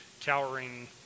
towering